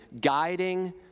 guiding